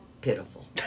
Pitiful